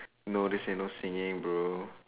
no they say no singing bro